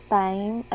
time